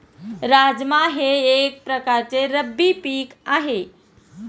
राजमा हे एक प्रकारचे रब्बी पीक आहे